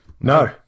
no